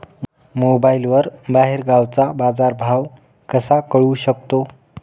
मोबाईलवर बाहेरगावचा बाजारभाव कसा कळू शकतो?